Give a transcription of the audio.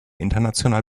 international